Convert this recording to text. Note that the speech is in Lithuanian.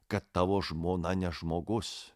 kad tavo žmona ne žmogus